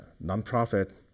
non-profit